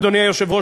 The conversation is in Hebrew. אדוני היושב-ראש,